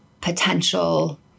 potential